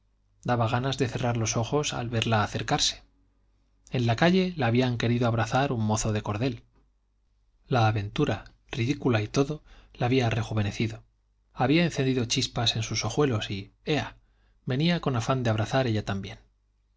daba gana de cerrar los ojos al verla acercarse en la calle la había querido abrazar un mozo de cordel la aventura ridícula y todo la había rejuvenecido había encendido chispas en sus ojuelos y ea venía con afán de abrazar ella también